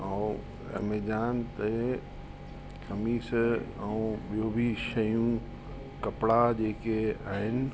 ऐं एमेजान ते कमीस ऐं ॿियूं बि शयूं कपिड़ा जेके आहिनि